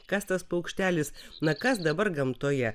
kas tas paukštelis na kas dabar gamtoje